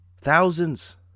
Thousands